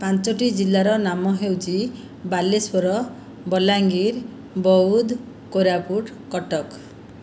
ପାଞ୍ଚୋଟି ଜିଲ୍ଲାର ନାମ ହେଉଛି ବାଲେଶ୍ୱର ବଲାଙ୍ଗୀର ବଉଦ କୋରାପୁଟ କଟକ